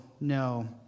no